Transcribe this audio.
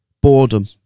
Boredom